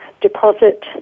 deposit